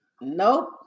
Nope